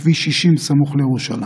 בכביש 60 סמוך לירושלים.